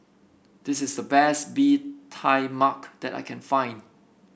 this is the best Bee Tai Mak that I can find